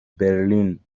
برلین